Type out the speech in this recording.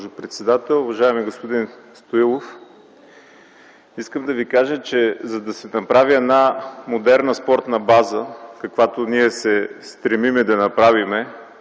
госпожо председател! Уважаеми господин Стоилов, искам да Ви кажа, че за да се направи една модерна спортна база, каквато ние се стремим да направим,